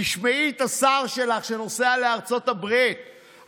תשמעי את השר שלך, שנוסע לארצות הברית,